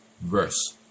verse